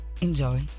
enjoy